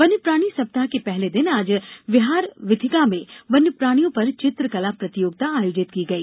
वन्यप्राणी सप्ताह के पहले दिन आज विहार वीथिका में वन्यप्राणियों पर चित्रकला प्रतियोगिता हुई